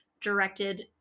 directed